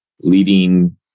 leading